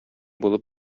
булып